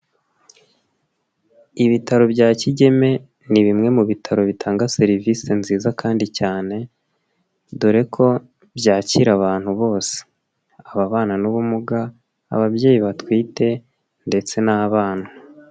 Ibitaro bya Kigeme ni bimwe mu bitaro bitanga serivisi nziza kandi cyane, dore ko byakira abantu bose, ababana n'ubumuga, ababyeyi batwite ndetse n'abana.